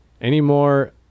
Anymore